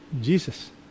Jesus